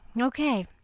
Okay